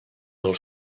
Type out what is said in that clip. del